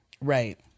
Right